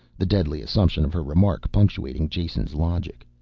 the deadly assumption of her remark punctuating jason's logic.